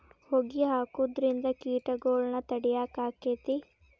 ಹೊಗಿ ಹಾಕುದ್ರಿಂದ ಕೇಟಗೊಳ್ನ ತಡಿಯಾಕ ಆಕ್ಕೆತಿ?